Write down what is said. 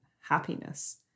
happiness